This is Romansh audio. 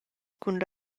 cun